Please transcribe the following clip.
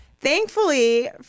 Thankfully